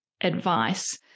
advice